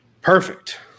perfect